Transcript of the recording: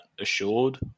assured